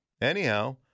anyhow